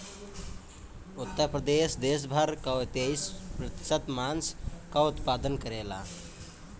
उत्तर प्रदेश देस भर कअ तेईस प्रतिशत मांस कअ उत्पादन करेला